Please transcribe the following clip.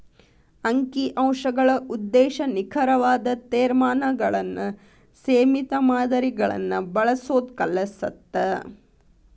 ಅಂಕಿ ಅಂಶಗಳ ಉದ್ದೇಶ ನಿಖರವಾದ ತೇರ್ಮಾನಗಳನ್ನ ಸೇಮಿತ ಮಾದರಿಗಳನ್ನ ಬಳಸೋದ್ ಕಲಿಸತ್ತ